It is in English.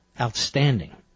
outstanding